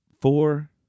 four